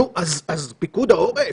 נו, אז פיקוד העורף.